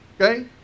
Okay